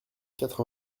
quatre